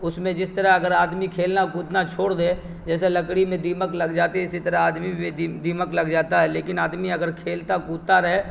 اس میں جس طرح اگر آدمی کھیلنا کودنا چھوڑ دے جیسے لکڑی میں دیمک لگ جاتی ہے اسی طرح آدمی بھی دی دیمک لگ جاتا ہے لیکن آدمی اگر کھیلتا کودتا رہے